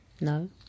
No